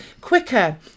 quicker